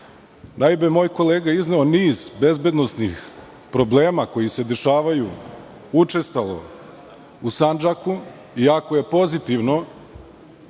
moj kolega je izneo niz bezbednosnih problema koji se dešavaju učestalo u Sandžaku, iako je pozitivno